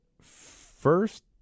first